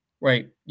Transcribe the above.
Right